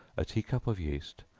a tea-cup of yeast,